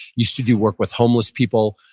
used to do work with homeless people.